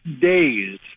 days